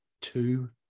two